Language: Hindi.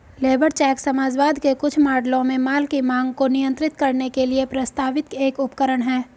लेबर चेक समाजवाद के कुछ मॉडलों में माल की मांग को नियंत्रित करने के लिए प्रस्तावित एक उपकरण है